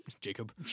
Jacob